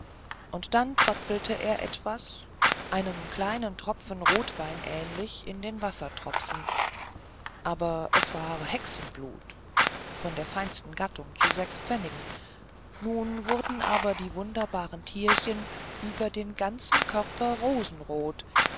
und dann tröpfelte er etwas einem kleinen tropfen rotwein ähnlich in den wassertropfen aber das war hexenblut von der feinsten gattung zu sechs pfennigen nun wurden aber die wunderbaren tierchen über den ganzen körper rosenrot